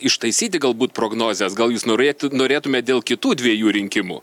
ištaisyti galbūt prognozes gal jūs norėtu norėtumėt dėl kitų dviejų rinkimų